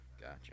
gotcha